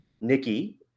Nikki